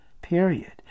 Period